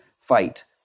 fight